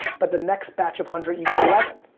but the next batch of hundred you get eleven.